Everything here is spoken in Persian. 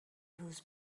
روز